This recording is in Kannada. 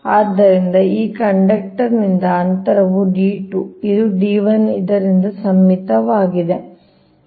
ಆದ್ದರಿಂದ ಈ ಕಂಡಕ್ಟರ್ ನಿಂದ ಅಂತರವು d 2 ಇದು d 1 ಇದರಿಂದ ಸಮ್ಮಿತೀಯವಾಗಿದೆ